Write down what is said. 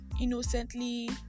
innocently